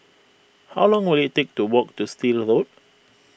how long will it take to walk to Still Road